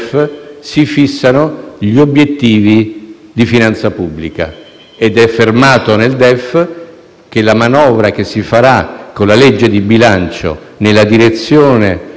degli obiettivi di finanza pubblica definiti in questo DEF. D'altra parte, nella seconda metà dell'anno noi avremo molte altre informazioni.